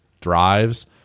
drives